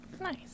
Nice